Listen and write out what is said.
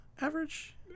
average